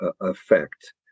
effect